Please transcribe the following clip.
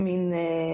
מן